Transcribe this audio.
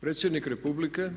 Predsjednik Republike